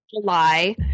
July